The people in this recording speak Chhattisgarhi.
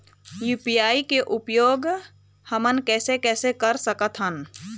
यू.पी.आई के उपयोग हमन कैसे कैसे कर सकत हन?